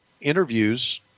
interviews